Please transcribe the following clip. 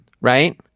right